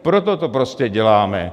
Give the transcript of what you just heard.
Proto to prostě děláme.